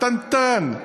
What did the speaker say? קטנטן,